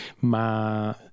ma